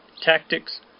tactics